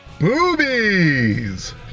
Boobies